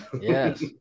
Yes